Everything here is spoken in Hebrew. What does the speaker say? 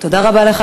תודה רבה לך,